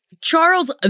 Charles